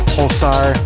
Pulsar